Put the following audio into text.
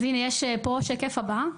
אז הנה, שקף הבא,